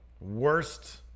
Worst